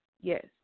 yes